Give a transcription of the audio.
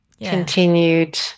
continued